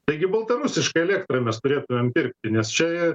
taigi baltarusišką elektrą mes turėtumėm pirkti nes čia